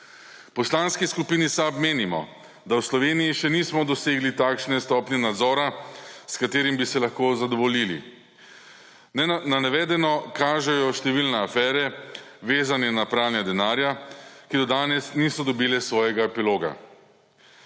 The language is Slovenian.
Poslanski skupini SAB menimo, da v Sloveniji še nismo dosegli takšne stopnje nadzora, s katero bi se lahko zadovoljili. Na navedeno kažejo številne afere, vezane na pranje denarja, ki do danes niso dobile svojega epiloga.